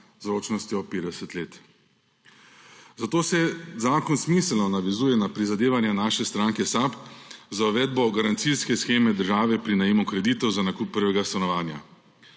z ročnostjo 50 let. Zato se zakon smiselno navezuje na prizadevanja naše stranke SAB za uvedbo garancijske sheme države pri najemu kredita za nakup prvega stanovanja.